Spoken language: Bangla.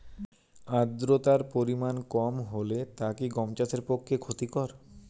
আর্দতার পরিমাণ কম হলে তা কি গম চাষের পক্ষে ক্ষতিকর?